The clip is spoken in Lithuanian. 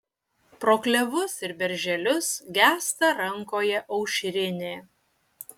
pro klevus ir berželius gęsta rankoje aušrinė